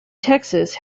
texas